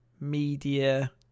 media